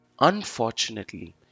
Unfortunately